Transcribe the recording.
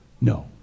no